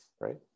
right